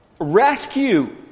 rescue